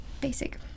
basic